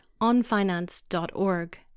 onfinance.org